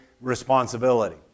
responsibility